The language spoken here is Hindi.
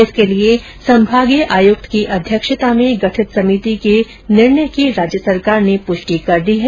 इसके लिए संभागीय आयुक्त की अध्यक्षता में गठित समिति के निर्णय की राज्य सरकार ने प्रष्टि कर दी है